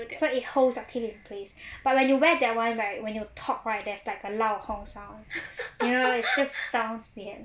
so it holds your teeth in place but when you wear that [one] right when you talk right that's like the lao hong sound you know it's just sounds weird